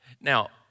Now